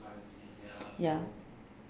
ya